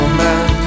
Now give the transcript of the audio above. man